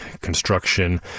construction